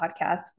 podcast